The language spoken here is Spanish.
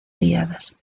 guiadas